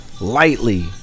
lightly